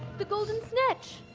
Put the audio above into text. the golden snitch!